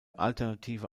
alternative